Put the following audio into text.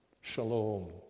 shalom